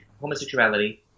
homosexuality